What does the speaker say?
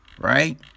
right